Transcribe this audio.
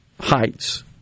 heights